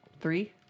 three